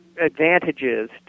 Advantages